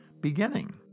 beginning